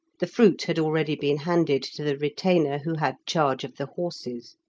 the fruit had already been handed to the retainer who had charge of the horses.